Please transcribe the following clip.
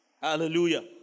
Hallelujah